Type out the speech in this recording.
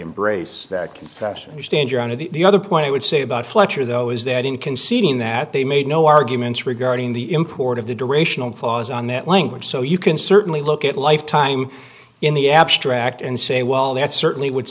embrace that can understand your honor the other point i would say about fletcher though is that in conceding that they made no arguments regarding the import of the durational clause on that language so you can certainly look at life time in the abstract and say well that certainly would